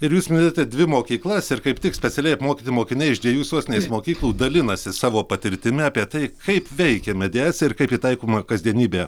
ir jūs minėjote dvi mokyklas ir kaip tik specialiai apmokyti mokiniai iš dviejų sostinės mokyklų dalinasi savo patirtimi apie tai kaip veikia mediacija ir kaip ji taikomą kasdienybėje